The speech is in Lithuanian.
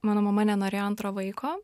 mano mama nenorėjo antro vaiko